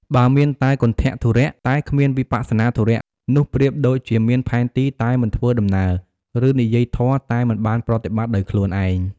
បើមានតែ គន្ថធុរៈ តែគ្មាន វិបស្សនាធុរៈ នោះប្រៀបដូចជាមានផែនទីតែមិនធ្វើដំណើរ ឬនិយាយធម៌តែមិនបានប្រតិបត្តិដោយខ្លួនឯង។